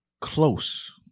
close